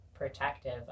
Protective